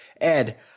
Ed